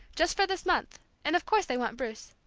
just for this month, and of course they wanted bruce.